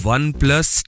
OnePlus